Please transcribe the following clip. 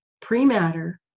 pre-matter